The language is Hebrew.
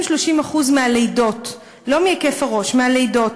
30%-20% מהלידות, לא מהיקף הראש, מהלידות,